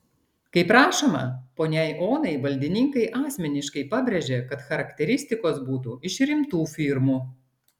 kaip rašoma poniai onai valdininkai asmeniškai pabrėžė kad charakteristikos būtų iš rimtų firmų